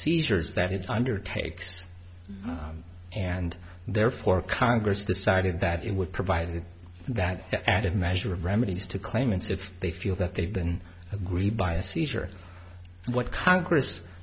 it undertakes and therefore congress decided that it would provide that added measure of remedies to claimants if they feel that they've been aggrieved by a seizure what congress